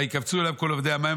ויקבצו אליו כל עוכרי עמם,